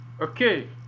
Okay